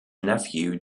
nephew